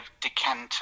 decanter